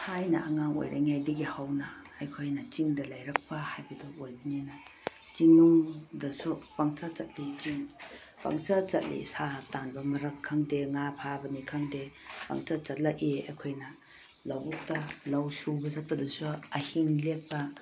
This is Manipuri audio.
ꯊꯥꯏꯅ ꯑꯉꯥꯡ ꯑꯣꯏꯔꯤꯉꯩꯗꯒꯤ ꯍꯧꯅ ꯑꯩꯈꯣꯏꯅ ꯆꯤꯡꯗ ꯂꯩꯔꯛꯄ ꯍꯥꯏꯕꯗꯨ ꯑꯣꯏꯕꯅꯤꯅ ꯆꯤꯡꯅꯨꯡꯗꯁꯨ ꯄꯪꯆꯠ ꯆꯠꯂꯤ ꯆꯤꯡꯗ ꯄꯪꯆꯠ ꯆꯠꯂꯤ ꯁꯥ ꯇꯥꯟꯕ ꯃꯔꯛ ꯈꯪꯗꯦ ꯉꯥ ꯐꯥꯕꯅꯤ ꯈꯪꯗꯦ ꯄꯪꯆꯠ ꯆꯠꯂꯛꯏ ꯑꯩꯈꯣꯏꯅ ꯂꯧꯕꯨꯛꯇ ꯂꯧ ꯁꯨꯕ ꯆꯠꯄꯗꯁꯨ ꯑꯍꯤꯡ ꯂꯦꯛꯄ